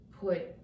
put